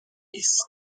نیست